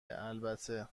البته